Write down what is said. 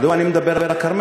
מדוע אני מדבר על הכרמל?